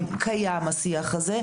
קיים השיח הזה.